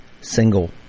single